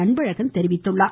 அன்பழகன் தெரிவித்தார்